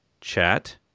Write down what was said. chat